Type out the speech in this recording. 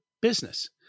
business